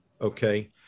Okay